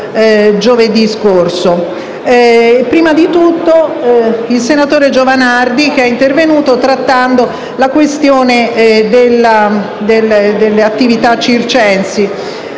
giovedì scorso. Il senatore Giovanardi è intervenuto trattando la questione delle attività circensi